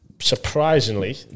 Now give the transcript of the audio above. surprisingly